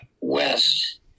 west